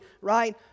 right